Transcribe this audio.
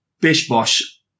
bish-bosh